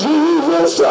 Jesus